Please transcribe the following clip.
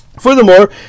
Furthermore